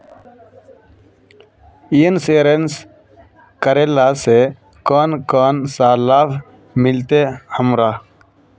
Insurance करेला से कोन कोन सा लाभ मिलते हमरा?